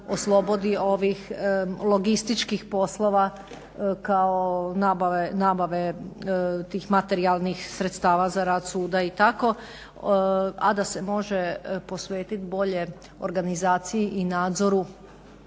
oslobodi ovih logističkih poslova kao nabave tih materijalnih sredstava za rad suda i tako a da se može posvetiti bolje organizaciji i nadzoru